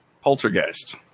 Poltergeist